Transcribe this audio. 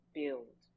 build